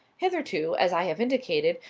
hitherto, as i have indicated,